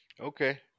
Okay